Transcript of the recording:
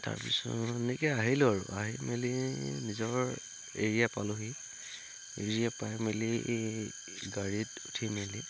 তাৰপিছত এনেকে আহিলোঁ আৰু আহি মেলি নিজৰ এৰিয়া পালোঁহি এৰিয়া পাই মেলি গাড়ীত উঠি মেলি